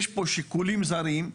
יש פה שיקולים זרים,